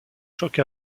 chocs